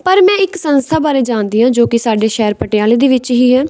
ਪਰ ਮੈਂ ਇੱਕ ਸੰਸਥਾ ਬਾਰੇ ਜਾਣਦੀ ਹਾਂ ਜੋ ਕਿ ਸਾਡੇ ਸ਼ਹਿਰ ਪਟਿਆਲੇ ਦੇ ਵਿੱਚ ਹੀ ਹੈ